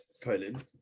Poland